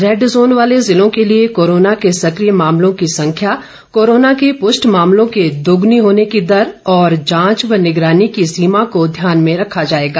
red zone वाले जिलों के लिए कोरोना के सक्रिय मामलों की संख्या कोरोना के पुष्ट मामलों के दोगुनी होने की दर और जांच व निगरानी की सीमा को ध्यान में रखा जाएगा